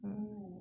oh